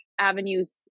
avenues